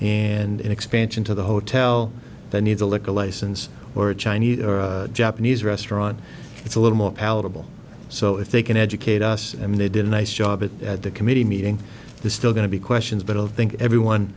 and expansion to the hotel that needs a liquor license or a chinese or japanese restaurant it's a little more palatable so if they can educate us i mean they did a nice job it at the committee meeting the still going to be questions but i'll think everyone